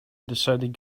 decided